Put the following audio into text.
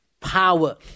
power